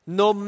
no